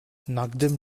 nachdem